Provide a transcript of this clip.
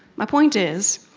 my point is